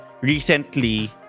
recently